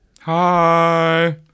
Hi